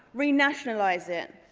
renationalise it.